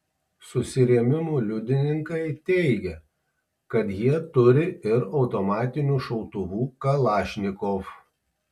susirėmimų liudininkai teigia kad jie turi ir automatinių šautuvų kalašnikov